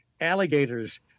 alligators